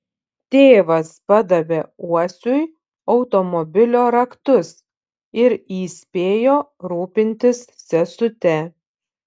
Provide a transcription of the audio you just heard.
tėvas padavė uosiui automobilio raktus ir įspėjo rūpintis sesute